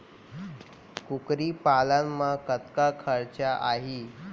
कुकरी पालन म कतका खरचा आही?